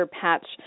patch